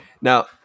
Now